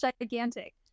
gigantic